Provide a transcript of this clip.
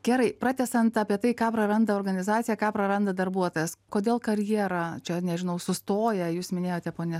gerai pratęsiant apie tai ką praranda organizacija ką praranda darbuotojas kodėl karjera čia nežinau sustoja jūs minėjote ponia